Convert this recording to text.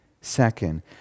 Second